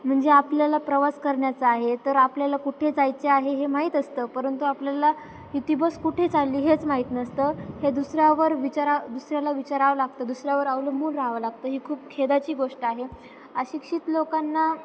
म्हणजे आपल्याला प्रवास करण्याचा आहे तर आपल्याला कुठे जायचे आहे हे माहीत असतं परंतु आपल्याला ही ती बस कुठे चालली हेच माहीत नसतं हे दुसऱ्यावर विचारा दुसऱ्याला विचारावं लागतं दुसऱ्यावर अवलंबून राहावं लागतं ही खूप खेदाची गोष्ट आहे अशिक्षित लोकांना